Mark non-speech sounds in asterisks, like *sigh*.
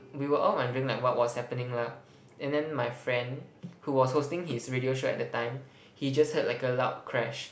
we were all wondering like what was happening lah and then my friend who was hosting his radio show at the time *breath* he just heard like a loud crash